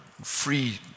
free